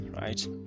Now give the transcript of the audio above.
right